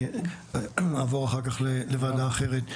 אני אעבור אחר כך לוועדה אחרת.